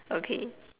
okay